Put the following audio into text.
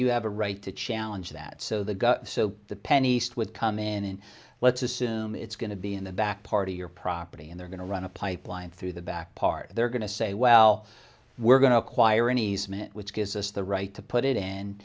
you have a right to challenge that so the so the penny east would come in and let's assume it's going to be in the back part of your property and they're going to run a pipeline through the back part they're going to say well we're going to acquire an easement which gives us the right to put it in